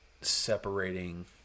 separating